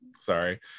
sorry